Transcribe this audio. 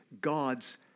God's